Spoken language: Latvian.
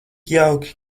jauki